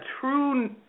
true